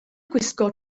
gwisgo